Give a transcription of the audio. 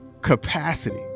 capacity